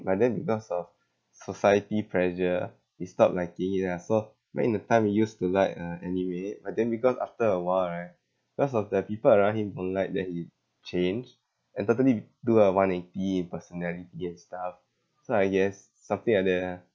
but then because of society pressure ah he stopped liking it ah so back in the time we used to like uh anime but then because after a while right because of the people around him don't like then he changed and totally do a one eighty in personality and stuff so I guess something like that ah